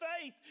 faith